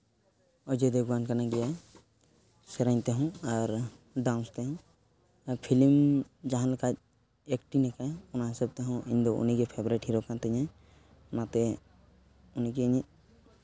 ᱚᱡᱚᱭ ᱫᱮᱵᱜᱚᱱ ᱠᱟᱱ ᱜᱮᱭᱟᱭ ᱥᱮᱨᱮᱧ ᱛᱮᱦᱚᱸ ᱟᱨ ᱰᱟᱱᱥ ᱛᱮᱦᱚᱸ ᱟᱨ ᱯᱷᱤᱞᱤᱢ ᱡᱟᱦᱟᱸ ᱞᱮᱠᱟᱭ ᱮᱹᱠᱴᱤᱝ ᱟᱠᱟᱜ ᱟᱭ ᱚᱱᱟ ᱦᱤᱥᱟᱹᱵ ᱛᱮᱦᱚᱸ ᱤᱧ ᱫᱚ ᱩᱱᱤ ᱜᱮ ᱯᱷᱮᱵᱟᱨᱮᱴ ᱦᱤᱨᱳ ᱠᱟᱱ ᱛᱤᱧᱟᱭ ᱚᱱᱟᱛᱮ ᱩᱱᱤ ᱜᱮ ᱤᱧ ᱧᱤᱡ